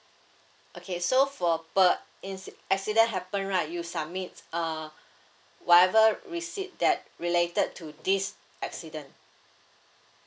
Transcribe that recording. okay so for per inci~ accident happen right you submit uh whatever receipt that related to this accident